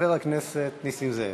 חבר הכנסת נסים זאב.